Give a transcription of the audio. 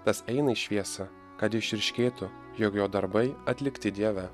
tas eina į šviesą kad išryškėtų jog jo darbai atlikti dieve